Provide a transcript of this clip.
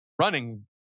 running